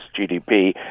GDP